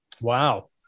Wow